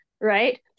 right